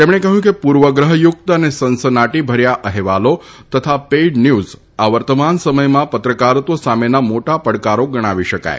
તેમણે કહ્યું કે પૂર્વગ્રહ યુક્ત અને સનસનાટીભર્યા અહેવાલો તથા પેડન્યૂઝ આ વર્તમાન સમયમાં પત્રકારત્વ સામેના મોટા પડકારો ગણાવી શકાય